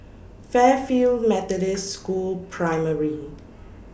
Fairfield Methodist School Primary